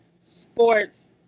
sports